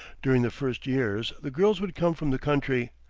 during the first years the girls would come from the country,